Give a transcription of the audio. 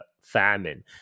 famine